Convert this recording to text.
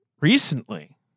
Recently